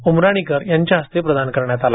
उमराणी यांच्या हस्ते प्रदान करण्यात आला